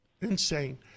Insane